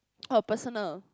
oh personal